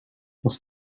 was